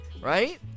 Right